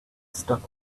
stuck